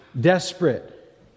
desperate